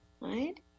Right